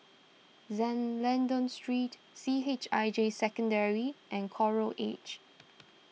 Lentor Street C H I J Secondary and Coral Edge